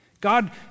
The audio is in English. God